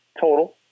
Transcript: total